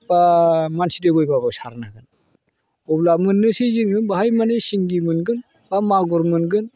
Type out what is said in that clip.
बा मानसि दोबैबाबो सारनो हागोन अब्ला मोननोसै जोङो बेवहाय माने सिंगि मोनगोन बा मागुर मोनगोन